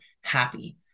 happy